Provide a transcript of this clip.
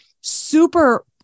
super